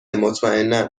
مطمئنا